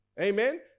Amen